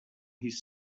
his